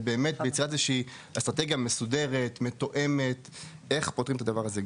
ובאמת בצד איזושהי אסטרטגיה מסודרת מתואמת איך פותרים את הדבר הזה?